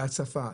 בהצפה.